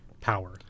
Power